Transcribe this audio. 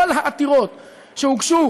כל העתירות שהוגשו